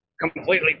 completely